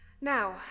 Now